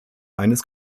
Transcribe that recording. eines